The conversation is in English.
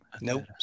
Nope